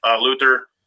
Luther